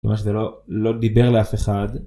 זה ממש לא דיבר לאף אחד.